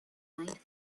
night